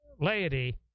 laity